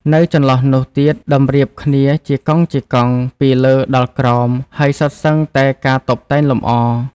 នៅចន្លោះនោះទៀតតម្រៀបគ្នាជាកង់ៗពីលើដល់ក្រោម ហើយសុទ្ធសឹងតែការតុបតែងលម្អ។